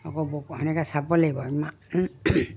আকৌ ব তেনেকৈ চাব লাগিব মা